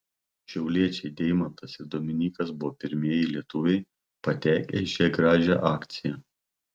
šiauliečiai deimantas ir dominykas buvo pirmieji lietuviai patekę į šią gražią akciją